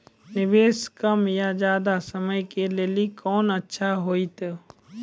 निवेश कम या ज्यादा समय के लेली कोंन अच्छा होइतै?